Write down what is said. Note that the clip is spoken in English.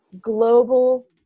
Global